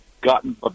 gotten